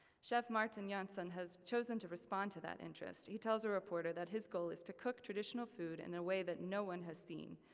chef martin johnson has chosen to respond to that interest. he tells a reporter that his goal is to cook traditional food in a way that no one has seen.